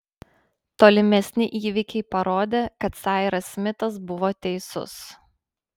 tolimesni įvykiai parodė kad sairas smitas buvo teisus